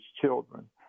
children